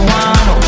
one